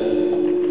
בבקשה.